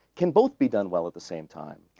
can both be done well at the same time?